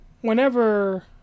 whenever